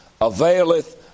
availeth